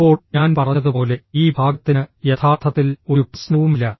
ഇപ്പോൾ ഞാൻ പറഞ്ഞതുപോലെ ഈ ഭാഗത്തിന് യഥാർത്ഥത്തിൽ ഒരു പ്രശ്നവുമില്ല